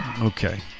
Okay